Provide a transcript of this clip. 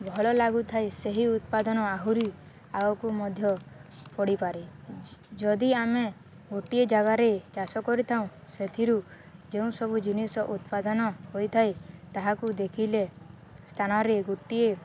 ଭଲ ଲାଗୁଥାଏ ସେହି ଉତ୍ପାଦନ ଆହୁରି ଆଉଗକୁ ମଧ୍ୟ ପଡ଼ିପାରେ ଯଦି ଆମେ ଗୋଟିଏ ଜାଗାରେ ଚାଷ କରିଥାଉଁ ସେଥିରୁ ଯେଉଁ ସବୁ ଜିନିଷ ଉତ୍ପାଦନ ହୋଇଥାଏ ତାହାକୁ ଦେଖିଲେ ସ୍ଥାନରେ ଗୋଟିଏ